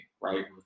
right